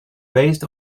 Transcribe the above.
based